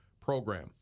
program